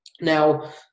Now